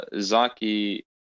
Zaki